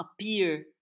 appear